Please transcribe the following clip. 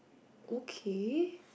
okay